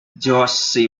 george